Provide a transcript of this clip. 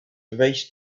erased